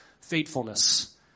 faithfulness